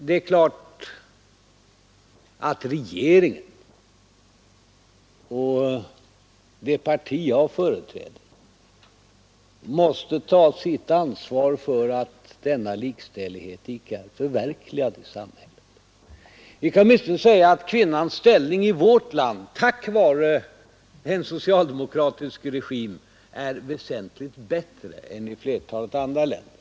Det är klart att regeringen och det parti jag företräder måste ta sitt ansvar för att denna likställighet i samhället icke är förverkligad. Däremot påstår vi att kvinnans ställning i vårt land tack vare den socialdemokratiska regimen är väsentligt bättre än i flertalet andra länder.